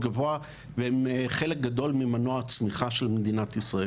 והם חלק גדול ממנוע הצמיחה של מדינת ישראל